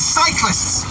cyclists